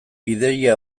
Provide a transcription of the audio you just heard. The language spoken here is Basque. ideia